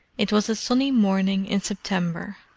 it was a sunny morning in september.